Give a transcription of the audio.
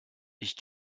ich